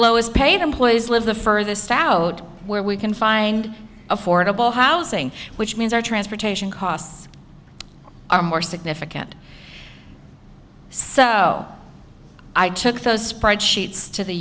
lowest paid employees live the furthest out where we can find affordable housing which means our transportation costs are more significant so i took those spreadsheets to the